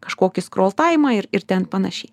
kažkokį skroltaimą ir ir ten panašiai